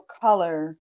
color